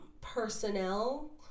personnel